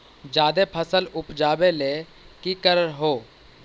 जादे फसल उपजाबे ले की कर हो?